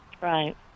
Right